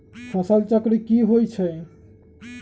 फसल चक्र की होई छै?